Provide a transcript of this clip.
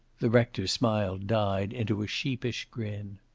the rector's smile died into a sheepish grin.